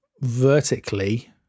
vertically